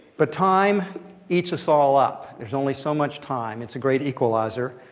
but time eats us all up. there's only so much time. it's a great equalizer.